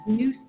new